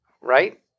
right